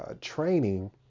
training